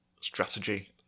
strategy